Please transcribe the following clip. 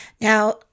Now